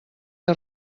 que